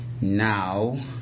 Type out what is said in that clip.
now